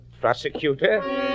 Prosecutor